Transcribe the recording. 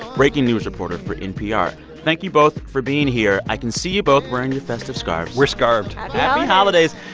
breaking news reporter for npr. thank you both for being here. i can see you both wearing your festive scarves we're scarved happy holidays